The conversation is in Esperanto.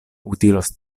utilos